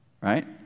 right